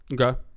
Okay